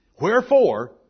wherefore